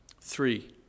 Three